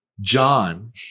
John